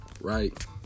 right